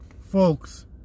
folks